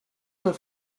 nach